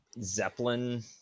Zeppelin